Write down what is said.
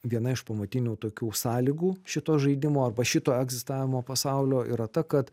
viena iš pamatinių tokių sąlygų šito žaidimo arba šito egzistavimo pasaulio yra ta kad